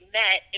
met